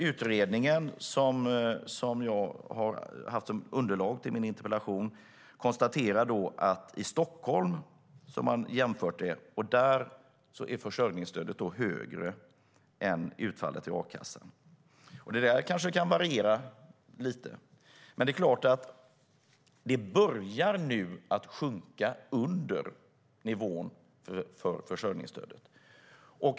Utredningen som jag har haft som underlag för min interpellation konstaterar att i Stockholm, som man har jämfört med, är försörjningsstödet högre än utfallet i a-kassan. Det där kanske kan variera lite, men det är klart att det nu börjar sjunka under nivån för försörjningsstödet.